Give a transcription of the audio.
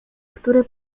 które